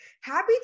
Happy